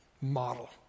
Model